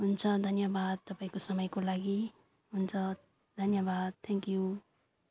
हुन्छ धन्यवाद तपाईँको समयको लागि हुन्छ धन्यवाद थ्याङ्क्यु